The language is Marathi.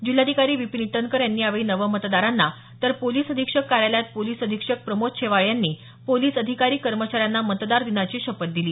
जिल्हाधिकारी विपीन ईटनकर यांनी यावेळी नवमतदारांना तर पोलिस अधीक्षक कार्यालयात पोलिस अधीक्षक प्रमोद शेवाळे यांनी पोलिस अधिकारी कर्मचाऱ्यांना मतदार दिनाची शपथ दिली